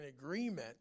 agreement